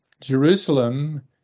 Jerusalem